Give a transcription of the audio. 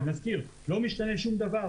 אני מזכיר: לא משתנה שום דבר.